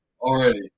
already